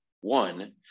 One